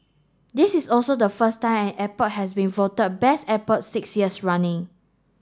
this is also the first time an airport has been voted Best Airport six years running